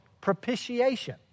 propitiation